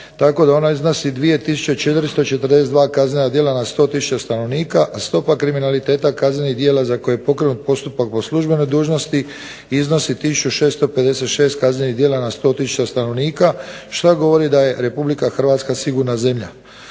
ona iznosi 2 tisuće 442 kaznena djela na 100 tisuća stanovnika. Stopa kriminaliteta kaznenih djela za koje je pokrenut postupak po službenoj dužnosti iznosi 1656 kaznenih djela na 100000 stanovnika što govori da je Republika Hrvatska sigurna zemlja.